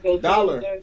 Dollar